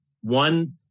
one